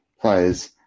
players